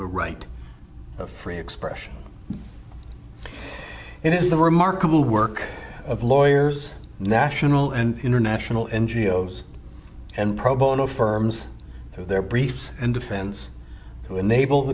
a right of free expression it is the remarkable work of lawyers national and international ngos and pro bono firms through their briefs and defense to enable the